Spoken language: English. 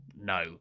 No